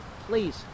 please